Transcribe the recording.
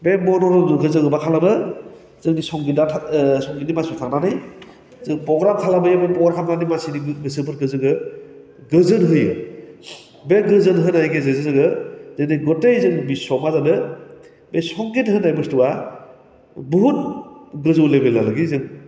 बे मनरन्जनखौ जोङो मा खालामो जोंनि संगितआ थार ओह संगित मानसिफ्रा थांनानै जों पग्राम खालामहैयो पग्राम खालामनानै मानसिनि गोसोफोरखो जोङो गोजोन होयो बे गोजोन होनायनि गेजेरजों जोङो दिनै गथै जोंनि बिसुआ मा जादों बे संगित होन्नाय बुस्थुआ बुहुत गोजौ लेभेलागै जों